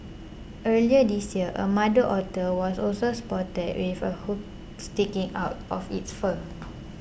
earlier this year a mother otter was also spotted with a hook sticking out of its fur